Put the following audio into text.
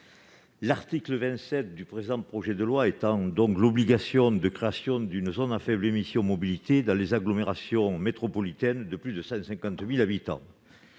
L'article 27 du présent projet de loi étend l'obligation de créer une zone à faibles émissions mobilité aux agglomérations métropolitaines de plus de 150 000 habitants.